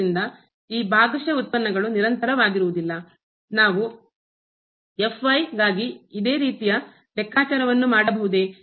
ಆದ್ದರಿಂದ ಈ ಭಾಗಶಃ ಉತ್ಪನ್ನಗಳು ನಿರಂತರವಾಗಿರುವುದಿಲ್ಲ ನಾವು ಗಾಗಿ ಇದೇ ರೀತಿಯ ಲೆಕ್ಕಾಚಾರವನ್ನು ಮಾಡಬಹುದೇ